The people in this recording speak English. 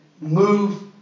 move